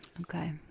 Okay